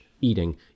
eating